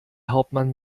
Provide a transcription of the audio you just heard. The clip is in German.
hauptmann